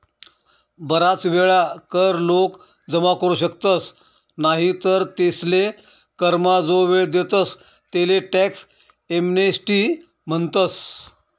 बराच वेळा कर लोक जमा करू शकतस नाही तर तेसले करमा जो वेळ देतस तेले टॅक्स एमनेस्टी म्हणतस